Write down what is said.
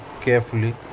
carefully